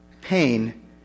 pain